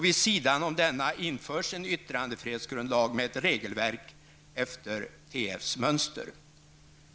Vid sidan om denna införs en yttrandefrihetsgrundlag med ett regelverk efter tryckfrihetsförordningens mönster.